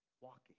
walking